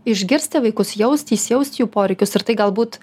išgirsti vaikus jausti įsijausti į jų poreikius ir tai galbūt